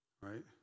right